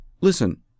listen